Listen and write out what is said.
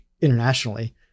internationally